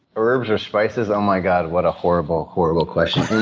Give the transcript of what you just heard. herbs or spices? oh, my god, what a horrible, horrible question.